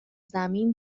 زمین